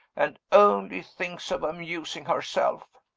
and only thinks of amusing herself.